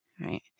right